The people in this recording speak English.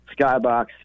skybox